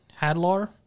Hadlar